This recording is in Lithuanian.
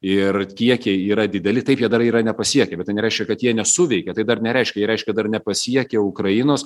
ir kiekiai yra dideli taip jie dar yra nepasiekę bet tai nereiškia kad jie nesuveikė tai dar nereiškia jie reiškia dar nepasiekė ukrainos